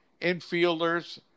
infielders